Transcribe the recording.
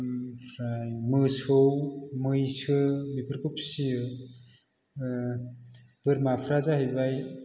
ओमफ्राइ मोसौ मैसो बेफोरखौ फिसियो बोरमाफ्रा जाहैबाय